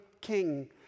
king